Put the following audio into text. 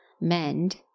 mend